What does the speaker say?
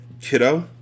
Kiddo